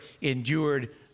endured